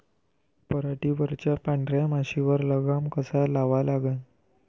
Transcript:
पराटीवरच्या पांढऱ्या माशीवर लगाम कसा लावा लागन?